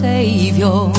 Savior